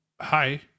hi